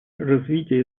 развитие